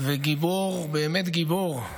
וגיבור, באמת גיבור.